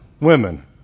women